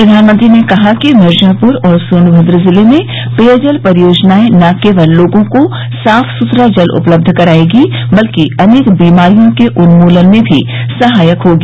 प्रधानमंत्री ने कहा कि मिर्जापुर और सोनभद्र जिले में पेयजल परियोजनाएं न केवल लोगों को साफ सुथरा जल उपलब्ध कराएगी बल्कि अनेक बीमारियों के उन्मूलन में भी सहायक होगी